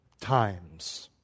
times